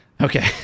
Okay